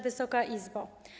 Wysoka Izbo!